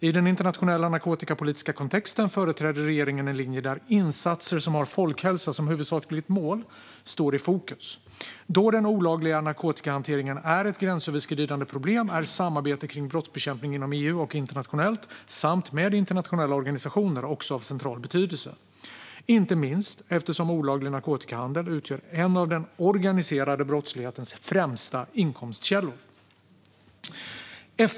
I den internationella narkotikapolitiska kontexten företräder regeringen en linje där insatser som har folkhälsa som huvudsakligt mål står i fokus. Då den olagliga narkotikahanteringen är ett gränsöverskridande problem är samarbete kring brottsbekämpning inom EU och internationellt, samt med internationella organisationer, också av central betydelse, inte minst eftersom olaglig narkotikahandel utgör en av den organiserade brottslighetens främsta inkomstkällor.